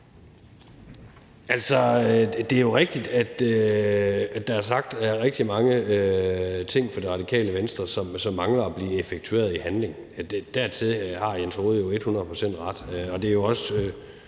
Det er jo rigtigt, at der er sagt rigtig mange ting fra Radikale Venstres side, som mangler at blive effektueret – der har hr. Jens Rohde jo et hundrede procent ret.